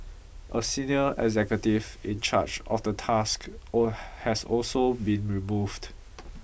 a senior executive in charge of the task all has also been removed